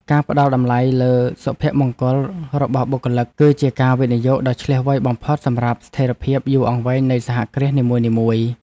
ការផ្តល់តម្លៃលើសុភមង្គលរបស់បុគ្គលិក គឺជាការវិនិយោគដ៏ឈ្លាសវៃបំផុតសម្រាប់ស្ថិរភាពយូរអង្វែងនៃសហគ្រាសនីមួយៗ។